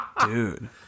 Dude